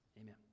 Amen